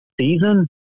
season